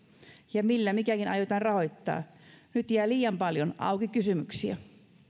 ja tietää millä mikäkin aiotaan rahoittaa nyt jää liian paljon auki kysymyksiä